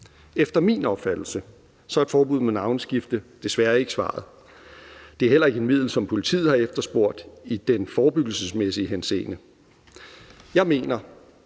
Efter min opfattelse er et forbud mod navneskift desværre ikke svaret. Det er heller ikke et middel, som politiet har efterspurgt i forebyggelsesmæssig henseende. Jeg mener,